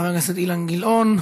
חבר הכנסת אילן גילאון.